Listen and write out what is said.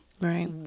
right